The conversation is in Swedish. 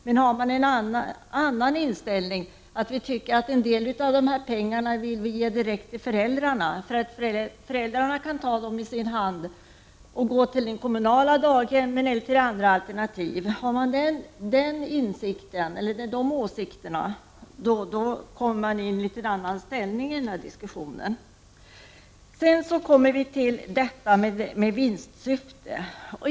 Vi har en annan inställning och vi vill ge en del av pengarna direkt till föräldrarna så att föräldrarna med pengarna i sin hand kan gå till ett kommunalt daghem eller välja andra alternativ. Har man en sådan åsikt kommer vi till en annan ställning i den här diskussionen. Sedan till detta med vinstsyfte.